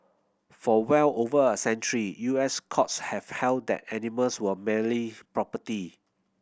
for well over a century U S courts have held that animals were merely property